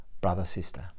brother-sister